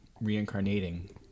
reincarnating